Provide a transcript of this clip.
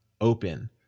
open